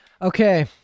Okay